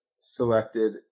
selected